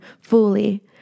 fully